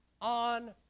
On